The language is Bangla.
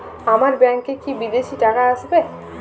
আমার ব্যংকে কি বিদেশি টাকা আসবে?